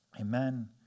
Amen